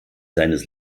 seines